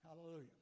Hallelujah